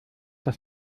das